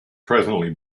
presently